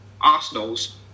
Arsenal's